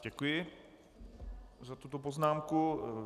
Děkuji za tuto poznámku.